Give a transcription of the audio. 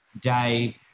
day